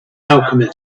alchemist